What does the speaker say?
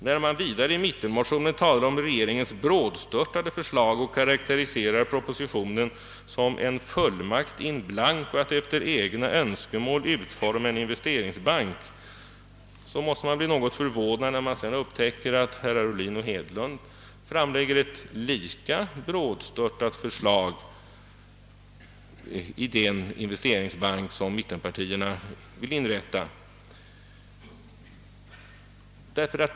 När det vidare i mittenpartimotionen talas om regeringens brådstörtade förslag och propositionen karakteriseras som en fullmakt in blanco att efter egna önskemål utforma en investeringsbank, blir man något förvånad när man sedan upptäcker att herrar Ohlin och Hedlund framlägger ett lika brådstörtat förslag till den investeringsbank som mittenpartierna vill inrätta.